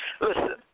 Listen